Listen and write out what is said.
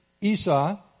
Esau